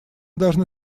должны